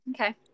Okay